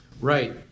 Right